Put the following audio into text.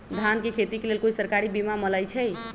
धान के खेती के लेल कोइ सरकारी बीमा मलैछई?